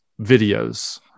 videos